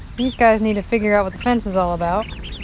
these guys need to figure out what the fence is all about.